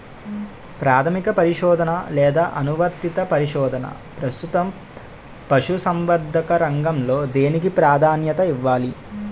ప్రాథమిక పరిశోధన లేదా అనువర్తిత పరిశోధన? ప్రస్తుతం పశుసంవర్ధక రంగంలో దేనికి ప్రాధాన్యత ఇవ్వాలి?